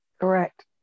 Correct